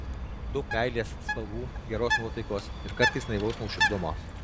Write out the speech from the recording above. daug meilės spalvų geros nuotaikos ir kartais naivaus nuoširdumo